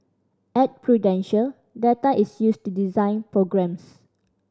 at Prudential data is used to design programmes